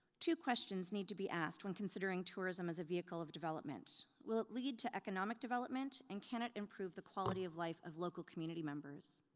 two questions need to be asked when considering tourism as a vehicle of development. will it lead to economic development, and can it improve the quality of life of local community members?